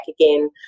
again